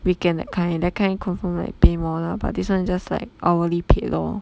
weekend that kind that kind confirm like pay more lah but this one just like hourly paid lor